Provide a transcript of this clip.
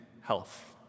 health